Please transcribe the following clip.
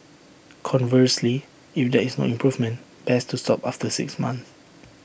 conversely if there is no improvement best to stop after six months